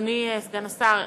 אדוני סגן השר,